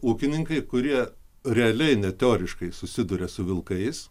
ūkininkai kurie realiai ne teoriškai susiduria su vilkais